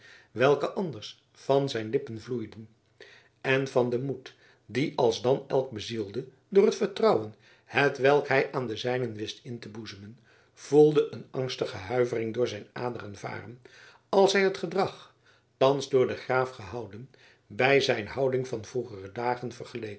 welke anders van zijn lippen vloeiden en van den moed die alsdan elk bezielde door het vertrouwen hetwelk hij aan de zijnen wist in te boezemen voelde een angstige huivering door zijn aderen varen als hij het gedrag thans door den graaf gehouden bij zijn houding van vroegere dagen